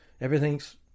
Everything's